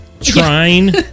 Trying